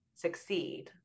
succeed